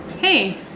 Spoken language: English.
Hey